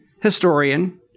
historian